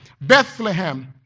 Bethlehem